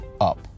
up